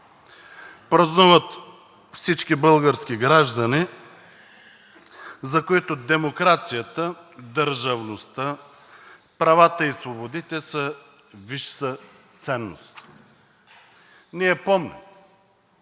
Празнуват всички български граждани, за които демокрацията, държавността, правата и свободите са висша ценност. Ние помним,